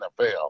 NFL